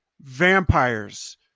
Vampires